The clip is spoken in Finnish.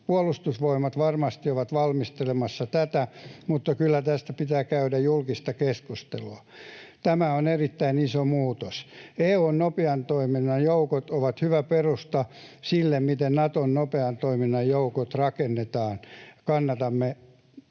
Puolustusvoimat varmasti on valmistelemassa tätä, mutta kyllä tästä pitää käydä julkista keskustelua. Tämä on erittäin iso muutos. EU:n nopean toiminnan joukot ovat hyvä perusta sille, miten Naton nopean toiminnan joukot rakennetaan. Kannatamme